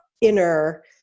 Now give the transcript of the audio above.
inner